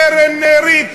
שקונה קרן ריט.